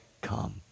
come